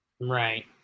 right